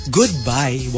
goodbye